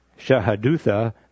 Shahadutha